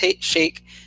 shake